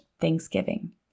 thanksgiving